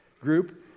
group